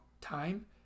time